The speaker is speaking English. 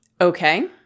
Okay